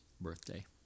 birthday